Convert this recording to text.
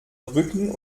rücken